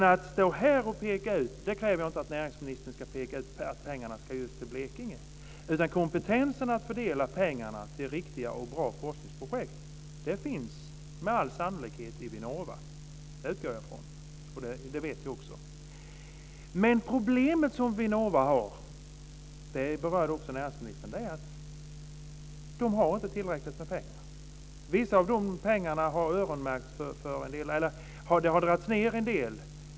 Jag kan förstå att näringsministern inte kan peka ut att pengarna just ska gå till Blekinge, utan kompetensen att fördela pengarna till riktiga och bra forskningsprojekt finns med all sannolikhet i Vinnova. Det utgår jag ifrån, och det vet jag också. Men det problem som Vinnova har, och det berörs också av näringsministern, är att de inte har tillräckligt med pengar. Vissa av pengarna har öronmärkts, och det har dragits ned en del.